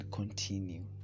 Continue